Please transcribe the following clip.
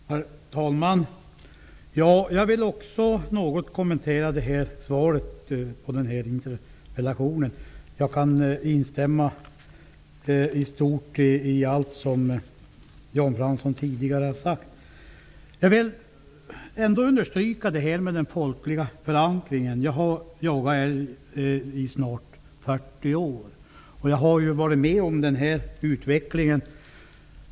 Herr talman! Jag vill också något kommentera svaret på denna interpellation. Jag kan i stort instämma i allt som Jan Fransson tidigare sagt. Jag vill understryka detta med den folkliga förankringen. Jag har jagat älg i snart 40 år, och jag har varit med om utvecklingen.